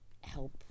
help